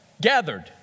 gathered